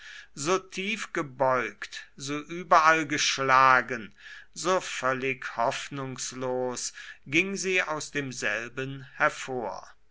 so tiefgebeugt so überall geschlagen so völlig hoffnungslos ging sie aus demselben hervor